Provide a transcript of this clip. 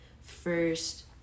first